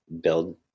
build